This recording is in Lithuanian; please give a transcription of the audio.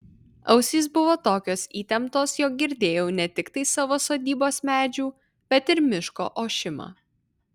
ausys buvo tokios įtemptos jog girdėjau ne tiktai savo sodybos medžių bet ir miško ošimą